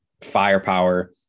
firepower